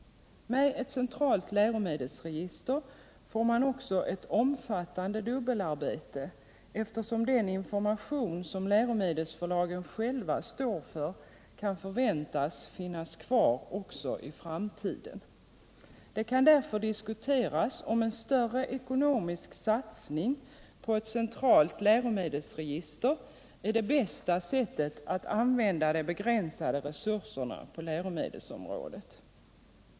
Med ett centralt läromedelsregister får man också ett omfattande dubbelarbete, eftersom den information som läromedelsförlagen själva står för kan förväntas finnas kvar också i framtiden. Det kan därför diskuteras om en större ekonomisk satsning på ett centralt läromedelsregister är det bästa sättet att använda de begränsade resurserna på läromedelsområdet.